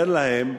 אומר להם: